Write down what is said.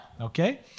Okay